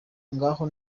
ngaho